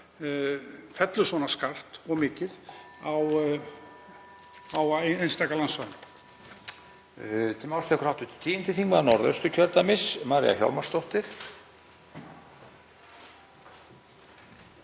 fellur svona skart og mikið á einstaka landsvæðum.